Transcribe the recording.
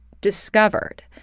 discovered